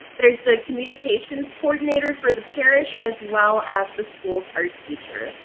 there's the communications coordinator for the parish as well as the schools, our teacher.